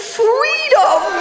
freedom